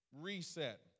reset